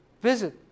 Visit